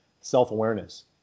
self-awareness